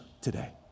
today